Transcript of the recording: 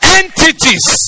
entities